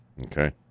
Okay